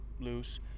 loose